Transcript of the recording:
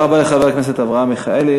תודה לחבר הכנסת אברהם מיכאלי.